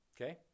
Okay